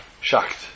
shocked